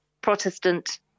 Protestant